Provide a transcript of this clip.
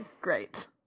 Great